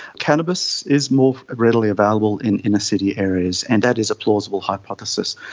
cannabis is more readily available in inner-city areas and that is a plausible hypothesis.